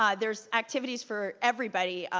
um there's activities for everybody,